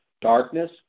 Darkness